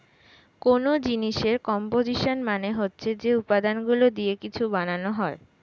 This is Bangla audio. কোন জিনিসের কম্পোসিশন মানে হচ্ছে যে উপাদানগুলো দিয়ে কিছু বানানো হয়